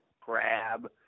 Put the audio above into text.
crab